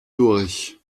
durch